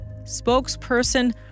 spokesperson